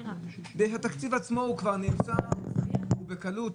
מפני שהתקציב עצמו בקלות